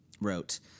wrote